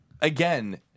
Again